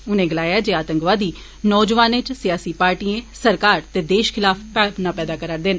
उनें गलाया जे आतंकवादी नौजोआने च सियासी पार्टिएं सरकार ते देश खिलाफ भावना पैदा करारदे न